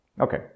Okay